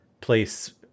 place